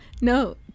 No